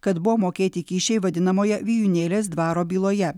kad buvo mokėti kyšiai vadinamojo vijūnėlės dvaro byloje